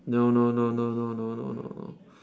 no no no no no no no no